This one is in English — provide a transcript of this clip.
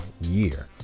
year